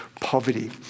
poverty